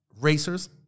racers